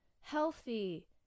healthy